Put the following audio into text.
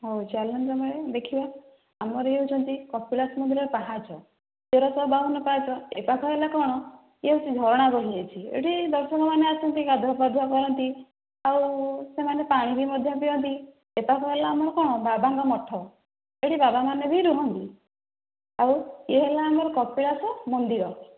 ହଉ ଚାଲନ୍ତୁ ଆମେ ଦେଖିବା ଆମର ହେଉଛନ୍ତି କପିଳାସ ମନ୍ଦିର ପାହାଚ ତେର ଶହ ବାବନ ପାହାଚ ଏପାଖ ହେଲା କ'ଣ ଏଇଟି ଝରଣା ବହି ଯାଇଛି ଏଠି ଦର୍ଶକ ମାନେ ଆସନ୍ତି ଗାଧୁଆ ପାଧୁଆ କରନ୍ତି ଆଉ ସେମାନେ ପାଣି ବି ମଧ୍ୟ ପିଅନ୍ତି ଏପାଖ ହେଲା ଆମର କ'ଣ ବାବାଙ୍କ ମଠ ଏଠି ବାବା ମାନେ ବି ରୁହନ୍ତି ଆଉ ୟେ ହେଲା ଆମର କପିଳାସ ମନ୍ଦିର